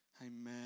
Amen